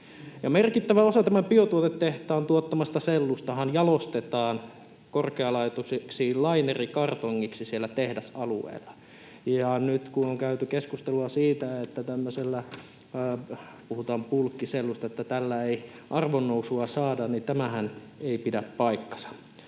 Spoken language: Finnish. Merkittävä osa tämän biotuotetehtaan tuottamasta sellustahan jalostetaan korkealaatuiseksi lainerikartongiksi siellä tehdasalueella. Ja nyt, kun on käyty keskustelua siitä, että tämmöisellä, puhutaan bulkkisellusta, ei arvonnousua saada, niin tämähän ei pidä paikkaansa.